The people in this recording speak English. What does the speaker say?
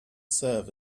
serve